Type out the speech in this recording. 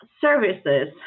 services